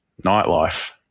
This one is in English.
nightlife